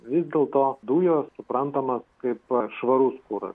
vis dėlto dujos suprantama kaip švarus kuras